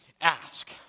ask